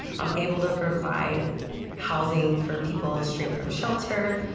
i'm able to provide housing for people ah straight from shelter,